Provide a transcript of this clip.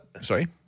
Sorry